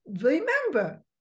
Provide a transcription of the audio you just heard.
remember